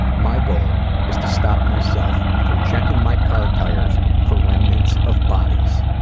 my goal is to stop myself from checking my car tires for remnants of bodies.